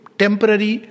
temporary